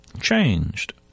changed